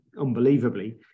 unbelievably